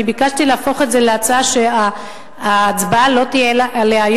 אני ביקשתי להפוך את זה להצעה שההצבעה עליה לא תהיה היום,